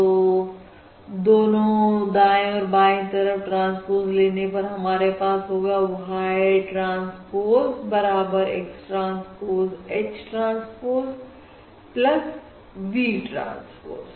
तो दोनों दाएं और बाएं तरफ ट्रांसपोज लेने पर हमारे पास होगा Y ट्रांसपोज बराबर X transpose H transpose V transpose